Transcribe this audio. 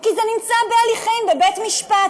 כי זה נמצא בהליכים בבית-משפט.